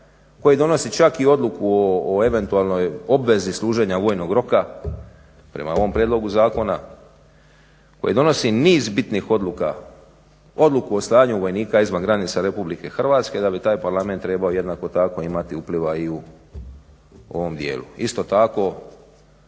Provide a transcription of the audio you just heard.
koji donosi čak i odluku o eventualnoj obvezi služenja vojnog roka prema ovom prijedlogu zakona, koji donosi niz bitnih odluka, odluku o slanju vojnika izvan granice Republike Hrvatske da bi taj parlament trebao jednako tako imati upliva i u ovom dijelu. Isto tako,